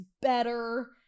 better